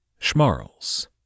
Schmarls